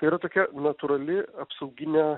yra tokia natūrali apsauginė